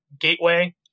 gateway